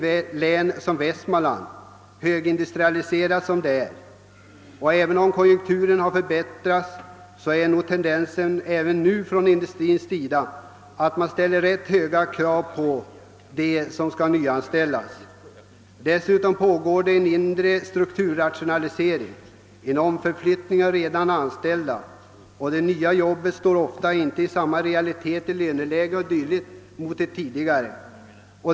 även i ett högindustrialiserat län som Västmanland och ehuru konjunkturen har förbättrats visar industrin en tendens att ställa rätt höga krav på dem som skall nyanställas. Dessutom pågår en inre strukturrationalisering, som bl.a. innebär en omflyttning av redan anställda. Det nya arbetet står ofta inte i samma löneläge som det tidigare.